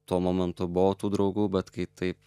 tuo momentu buvo tų draugų bet kai taip